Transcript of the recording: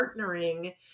partnering